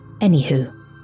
Anywho